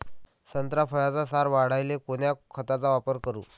संत्रा फळाचा सार वाढवायले कोन्या खताचा वापर करू?